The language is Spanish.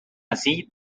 así